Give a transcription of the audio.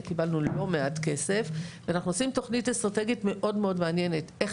וקיבלנו לא מעט כסף אנחנו עושים תכנית אסטרטגית מאוד מעניינת: איך